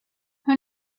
who